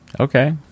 Okay